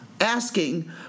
asking